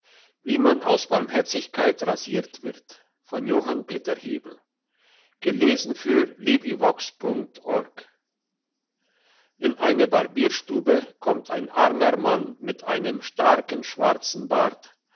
wie man aus barmherzigkeit rasiert wird in eine barbierstube kommt ein armer mann mit einem starken schwarzen bart